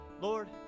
Lord